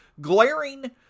glaring